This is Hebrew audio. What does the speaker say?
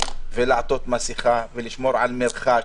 לעטות מסכות ולשמור על מרחק,